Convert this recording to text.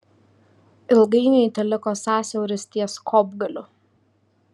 ilgainiui teliko sąsiauris ties kopgaliu